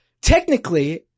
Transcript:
technically